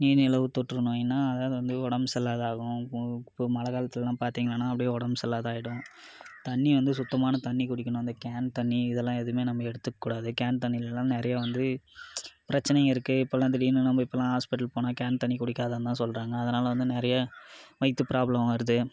நீனிலவு தொற்று நோய்னால் அதாவது வந்து உடம்பு சரில்லாத ஆகும் இப்போ மழை காலத்துலலாம் பார்த்திங்களானா அப்படே உடம்பு சரில்லாத ஆகிடும் தண்ணி வந்து சுத்தமான தண்ணி குடிக்கணும் அந்த கேன் தண்ணி இதெல்லாம் எதுமே நம்ம எடுத்துக்கூடாது கேன் தண்ணிலலாம் நிறையா வந்து பிரச்சனைங்க இருக்குது இப்பெல்லாம் திடீர்னு நம்ம இப்பெல்லாம் ஆஸ்பிட்டல் போனால் கேன் தண்ணி குடிக்காதேன் தான் சொல்கிறாங்க அதனால் வந்து நிறையா வயிற்றுப் ப்ராப்ளம் வருது